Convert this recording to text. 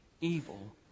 evil